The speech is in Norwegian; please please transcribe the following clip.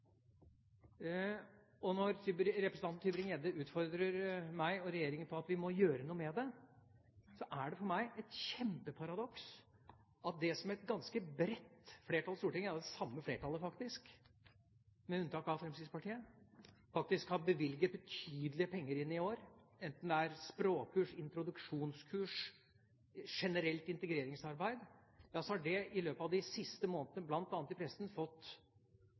Og når representanten Tybring-Gjedde utfordrer meg og regjeringen på at vi må gjøre noe med det, er det for meg et kjempeparadoks at det som et ganske bredt flertall i Stortinget – ja, det samme flertallet, faktisk, med unntak av Fremskrittspartiet – faktisk har bevilget betydelige penger til i år, enten det er språkkurs, introduksjonskurs, generelt integreringsarbeid, i løpet av de siste månedene, bl.a. i pressen, har fått